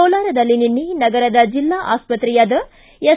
ಕೋಲಾರದಲ್ಲಿ ನಿನ್ನೆ ನಗರದ ಜಿಲ್ಲಾ ಆಸ್ವಕ್ರೆಯಾದ ಎಸ್